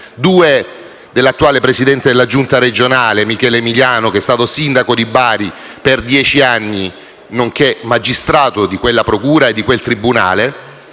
anni dell'attuale presidente della Giunta regionale, Michele Emiliano, che è stato sindaco di Bari per dieci anni, nonché magistrato di quella procura e di quel tribunale,